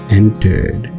entered